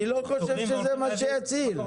אני לא חושב שזה מה שיציל.